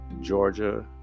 Georgia